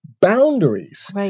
boundaries